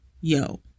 yo